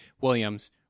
Williams